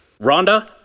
Rhonda